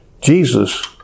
Jesus